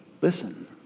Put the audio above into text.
Listen